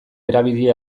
erabili